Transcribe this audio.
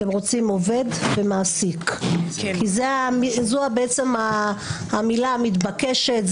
אתם רוצים עובד ומעסיק כי זו בעצם המילה המתבקשת,